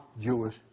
Jewish